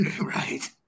Right